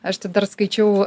aš tai dar skaičiau